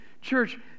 Church